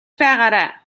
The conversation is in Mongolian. байгаарай